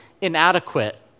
inadequate